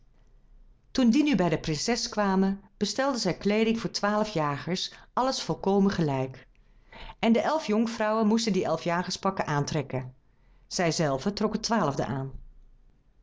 toen die nu bij de prinses kwamen bestelde zij kleeding voor twaalf jagers alles volkomen gelijk en de elf jonkvrouwen moesten die elf jagerspakken aantrekken zij zelve trok het twaalfde aan